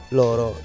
loro